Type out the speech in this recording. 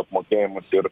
apmokėjimus ir